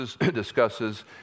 discusses